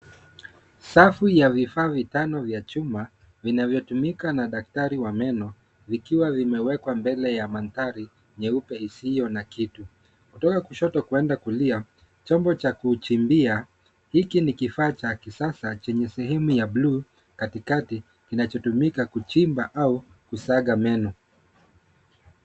Safu ya vifaa vitano vya chuma vinavyotumika na daktari wa meno vikiwa vimewekwa mbele ya mandhari nyeupe isiyo na kitu. Kutoka kushoto kuenda kulia, chombo cha kuchimbia, hiki ni kifaa cha kisasa chenye sehemu ya bluu katikati, kinachotumika kuchimba au kusaga meno.